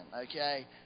okay